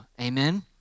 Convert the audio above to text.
amen